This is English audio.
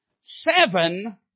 seven